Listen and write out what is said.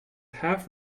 half